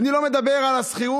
אני לא מדבר על השכירות,